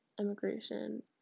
immigration